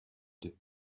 deux